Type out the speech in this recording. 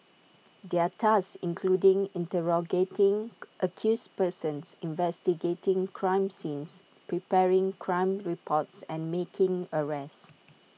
their tasks including interrogating accused persons investigating crime scenes preparing crime reports and making arrests